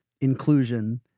inclusion